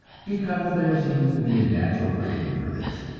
because there seems to be a natural craving for this.